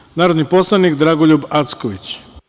Reč ima narodni poslanik Dragoljub Acković.